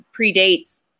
predates